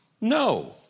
No